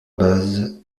base